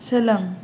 सोलों